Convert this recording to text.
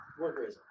Workerism